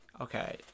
Okay